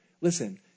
Listen